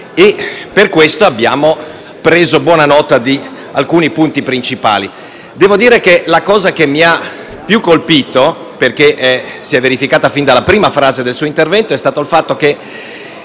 Per questo motivo abbiamo preso buona nota di alcuni punti principali e quello che più mi ha colpito, perché si è verificato sin dalla prima fase del suo intervento, è stato il fatto di